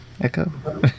Echo